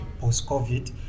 post-COVID